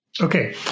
Okay